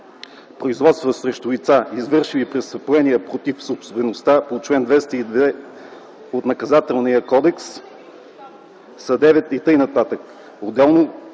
производствата срещу лица, извършили престъпления против собствеността по чл. 202 от Наказателния кодекс, са 9 и т.н.